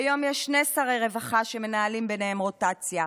כיום יש שני שרי רווחה שמנהלים ביניהם רוטציה: